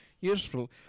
Useful